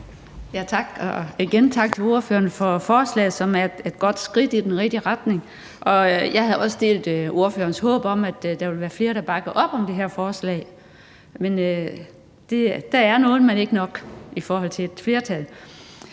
forslagsstillerne for forslaget, som er et skridt i den rigtige retning. Jeg delte også ordførerens håb om, at der ville være flere, der bakkede op om det her forslag. Der er nogle, der gør det, men ikke nok til, at der er flertal.